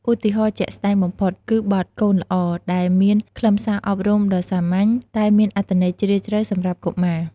ឧទាហរណ៍ជាក់ស្ដែងបំផុត គឺបទ "កូនល្អ" ដែលមានខ្លឹមសារអប់រំដ៏សាមញ្ញ តែមានអត្ថន័យជ្រាលជ្រៅសម្រាប់កុមារ។